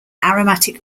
aromatic